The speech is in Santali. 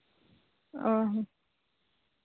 ᱚᱸᱻ